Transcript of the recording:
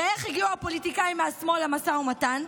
ואיך הגיעו הפוליטיקאים מהשמאל למשא ומתן?